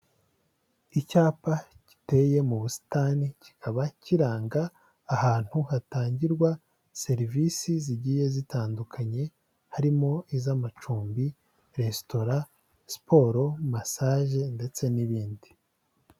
Icyapa giteye mu busitani kikaba kiranga ahantu hatangirwa serivisi zigiye zitandukanye harimo iz'amacumbi, resitora, siporo, masaje ndetse n'ibindi.